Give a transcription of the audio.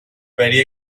very